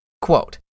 Quote